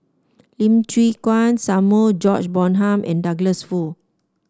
Lim Chwee Samuel George Bonham and Douglas Foo